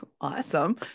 Awesome